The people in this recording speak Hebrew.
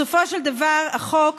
בסופו של דבר החוק